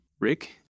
Rick